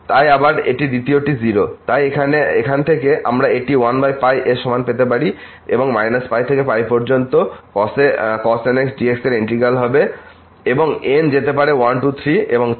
তাই আবার এবং দ্বিতীয়টি 0 তাই এখান থেকে আমরা এটি 1 এর সমান পেতে পারি এবং -π থেকে পর্যন্ত fxcos nx dx এর ইন্টিগ্র্যাল হবে এবং n যেতে পারে 1 2 3 এবং তাই